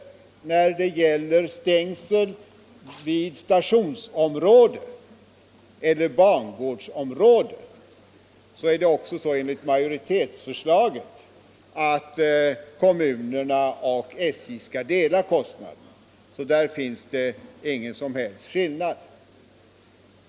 När det gäller stängsel vid stationsområde eller bangårdsområde föreslår majoriteten att kommunerna och SJ skall dela kostnaden lika; på den punkten finns det alltså ingen som helst skillnad.